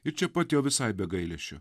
ir čia pat jau visai be gailesčio